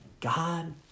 God